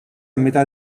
metà